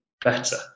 better